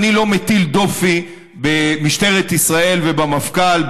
אני לא מטיל דופי במשטרת ישראל ובמפכ"ל,